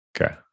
Okay